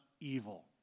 evil